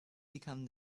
become